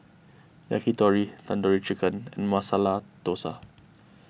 Yakitori Tandoori Chicken and Masala Dosa